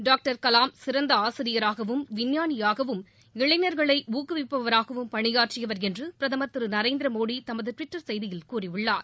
doctor Kalam சிறந்த ஆசிரியராகவும் விஞ்ஞானியாகவும் இளைஞா்களை ஊக்குவிப்பவராகவும் பணியாற்றியவர் என்று பிரதமர் திரு நரேந்திரமோடி தமது டுவிட்டர் செய்தியில் கூறியுள்ளார்